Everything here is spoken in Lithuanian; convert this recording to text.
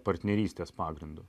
partnerystės pagrindu